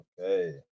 Okay